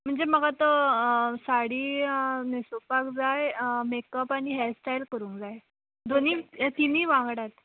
म्हणजे म्हाका तो साडी आनी न्हेसोपाक जाय आनी मेकअप आनी हेर स्टायल करूंक जाय दोनी तिनी वांगडा